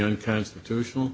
unconstitutional